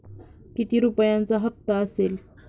किती रुपयांचा हप्ता असेल?